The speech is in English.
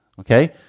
okay